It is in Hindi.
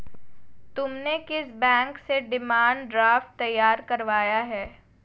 तुमने किस बैंक से डिमांड ड्राफ्ट तैयार करवाया है?